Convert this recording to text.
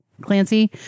Clancy